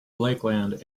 lakeland